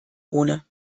ohne